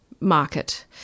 market